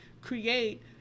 create